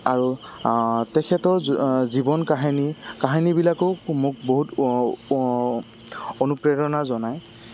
আৰু তেখেতৰ জীৱন কাহিনী কাহিনীবিলাকো মোক বহুত অনুপ্ৰেৰণা জনায়